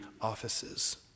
offices